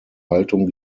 haltung